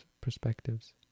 perspectives